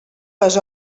les